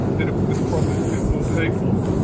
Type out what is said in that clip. that it was profits before people,